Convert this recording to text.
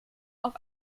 auf